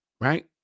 right